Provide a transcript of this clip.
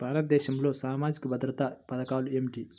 భారతదేశంలో సామాజిక భద్రతా పథకాలు ఏమిటీ?